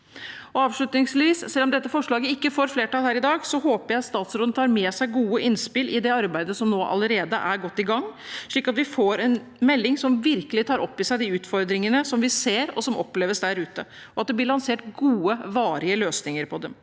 selv om dette forslaget ikke får et flertall her i dag – håper jeg at statsråden tar med seg gode innspill til det arbeidet som allerede er godt i gang, slik at vi får en melding som virkelig tar opp i seg de utfordringene vi ser, og som oppleves der ute, og at det blir lansert gode, varige løsninger på dem.